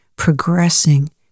progressing